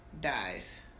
dies